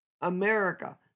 America